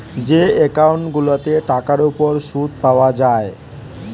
যে একউন্ট গুলাতে টাকার উপর শুদ পায়া যায়